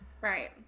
Right